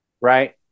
right